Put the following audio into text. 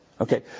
Okay